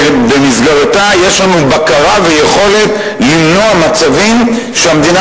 ובמסגרתו יש לנו בקרה ויכולת למנוע מצבים שהמדינה